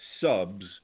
subs